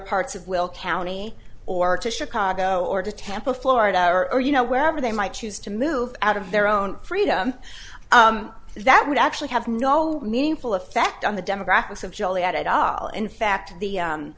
parts of will county or to chicago or to tampa florida or you know wherever they might choose to move out of their own freedom that would actually have no meaningful effect on the demographics of joliet at all in fact the